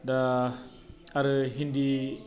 दा आरो हिन्दी